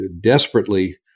desperately